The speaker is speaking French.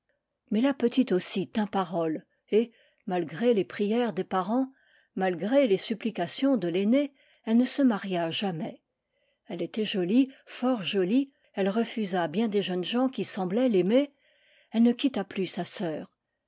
mais la petite aussi tint parole et malgré les prières des parents malgré les supplications de l'aînée elle ne se maria jamais elle était jolie fort jolie elle refusa bien des jeunes gens qui semblaient l'aimer elle ne quitta plus sa sœur